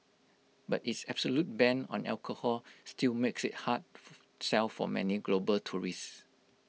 but its absolute ban on alcohol still makes IT A hard sell for many global tourists